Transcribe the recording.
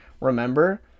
remember